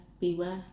Beware